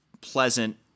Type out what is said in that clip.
pleasant